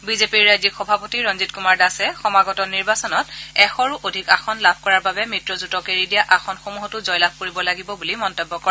বিজেপিৰ ৰাজ্যিক সভাপতি ৰঞ্জিত কুমাৰ দাসে সমাগত নিৰ্বাচনত এশৰো অধিক আসন লাভ কৰাৰ বাবে মিত্ৰজোঁটক এৰি দিয়া আসনসমূহতো জয়লাভ কৰিব লাগিব বুলি মন্তব্য কৰে